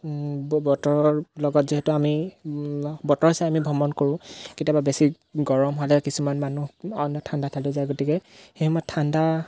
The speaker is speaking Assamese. বতৰৰ লগত যিহেতু আমি বতৰ চাই আমি ভ্ৰমণ কৰোঁ কেতিয়াবা বেছি গৰম হ'লে কিছুমান মানুহ অন্য ঠাণ্ডা ঠাইলৈ যায় গতিকে সেই সময়ত ঠাণ্ডা